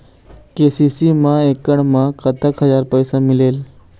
KCC मा एकड़ मा कतक हजार पैसा मिलेल?